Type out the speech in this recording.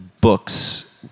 books